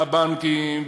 הבנקים,